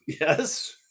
Yes